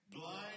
Blind